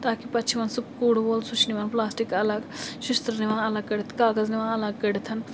تاکہِ پَتہٕ چھِ یِوان سُہ کوٗڑٕ وول سُہ چھُ نِوان پلاسٹِک الگ شِشتٕر نِوان الگ کٔڑِتھ کاغذ نِوان الگ کٔڑِتھ